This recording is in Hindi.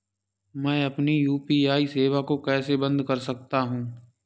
मैं अपनी यू.पी.आई सेवा को कैसे बंद कर सकता हूँ?